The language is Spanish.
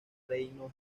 reino